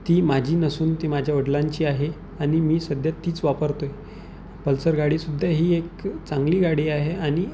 ती माझी नसून ती माझ्या वडलांची आहे आनि मी सध्या तीच वापरतो आहे पल्सर गाडीसुद्धा ही एक चांगली गाडी आहे आणि